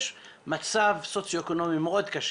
יש מצב סוציואקונומי מאוד קשה